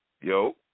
Yo